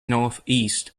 northeast